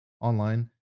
online